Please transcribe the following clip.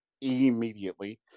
immediately